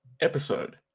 episode